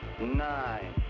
Nine